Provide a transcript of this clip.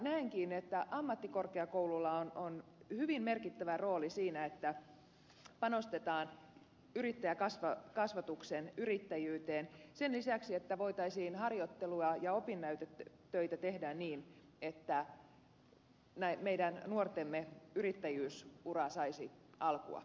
näenkin että ammattikorkeakoululla on hyvin merkittävä rooli siinä että panostetaan yrittäjäkasvatukseen yrittäjyyteen sen lisäksi että voitaisiin harjoittelua ja opinnäytetöitä tehdä niin että meidän nuortemme yrittäjyysura saisi alkua